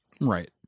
Right